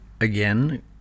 Again